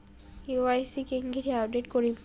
KYC কেঙ্গকরি update করিম?